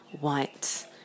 white